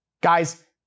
Guys